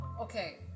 Okay